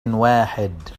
واحد